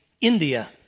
India